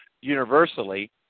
universally